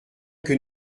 que